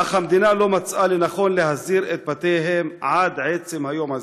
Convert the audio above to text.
אך המדינה לא מצאה לנכון להסדיר את בתיה עד עצם היום הזה,